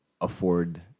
afford